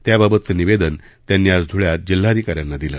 त्याबाबतचं निवेदन त्यांनी आज ध्वळ्यात जिल्हाधिकाऱ्यांना दिलं